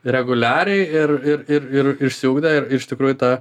reguliariai ir ir ir ir išsiugdę ir iš tikrųjų tą